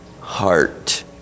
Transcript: heart